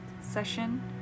session